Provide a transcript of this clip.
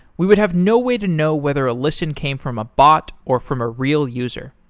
we would have no way to know whether a listen came from a bot, or from a real user.